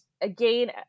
again